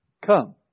come